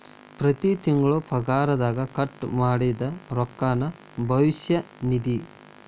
ಪ್ರತಿ ತಿಂಗಳು ಪಗಾರದಗ ಕಟ್ ಮಾಡಿದ್ದ ರೊಕ್ಕಾನ ಭವಿಷ್ಯ ನಿಧಿ